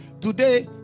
Today